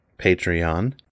Patreon